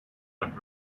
las